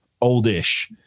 oldish